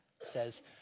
says